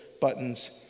buttons